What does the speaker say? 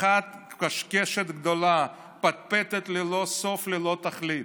קשקשת גדולה, פטפטת ללא סוף, ללא תכלית.